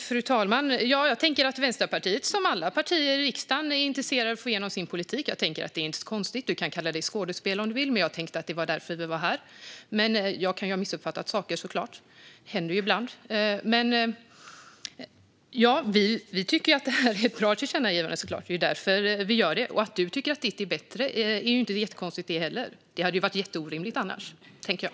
Fru talman! Jag tänker att Vänsterpartiet som alla partier i riksdagen är intresserat av att få igenom sin politik. Jag tänker att det inte är så konstigt. Du kan kalla det skådespel om du vill, Markus Selin. Jag tänkte att det var därför vi var här, men jag kan såklart ha missuppfattat saker. Det händer ju ibland. Vi tycker såklart att det här är ett bra tillkännagivande. Det är därför vi gör det. Att du tycker att ditt är bättre är ju inte jättekonstigt, det heller. Det hade ju varit jätteorimligt annars, tänker jag.